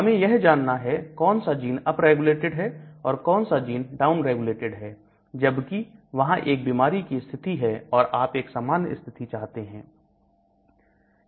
हमें यह जानना है कौन सा जीन अपरेगुलेटेड है और कौन सा जीन डाउनरेगुलेटेड है जबकि वहां एक बीमारी की स्थिति है और आप एक सामान्य स्थिति चाहते हैं